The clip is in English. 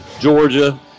Georgia